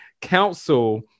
Council